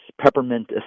peppermint